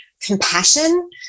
compassion